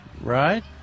right